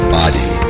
body